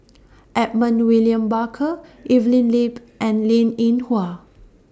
Edmund William Barker Evelyn Lip and Linn in Hua